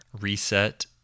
Reset